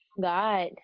God